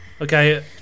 Okay